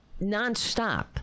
nonstop